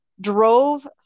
drove